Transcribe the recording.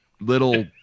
little